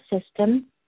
system